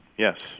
Yes